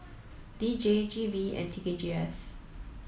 D J G V and T K G S